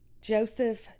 Joseph